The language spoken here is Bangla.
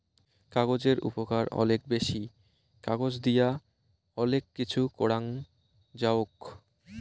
কাগজের উপকার অলেক বেশি, কাগজ দিয়া অলেক কিছু করাং যাওক